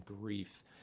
grief